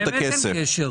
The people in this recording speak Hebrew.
באמת אין קשר.